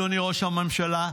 ואם קרה?